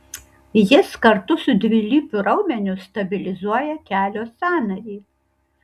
jis kartu su dvilypiu raumeniu stabilizuoja kelio sąnarį